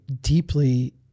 deeply